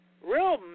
Real